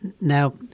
Now